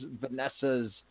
Vanessa's